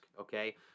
okay